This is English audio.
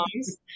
songs